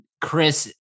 Chris